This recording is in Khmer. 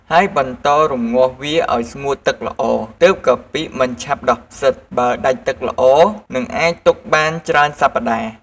ហើយបន្តរំងាស់វាឱ្យស្ងួតទឹកល្អ ទើបកាពិមិនឆាប់ដុះផ្សិត បើដាច់ទឹកល្អនឹងអាចទុកបានច្រើនសប្ដាហ៍។